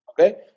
Okay